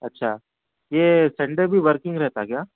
اچھا یہ سنڈے بھی ورکنگ رہتا کیا